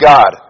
God